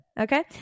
okay